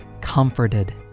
comforted